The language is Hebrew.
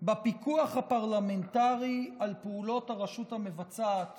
בפיקוח הפרלמנטרי על פעולות הרשות המבצעת